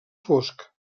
fosc